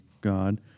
God